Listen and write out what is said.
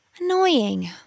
Annoying